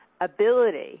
ability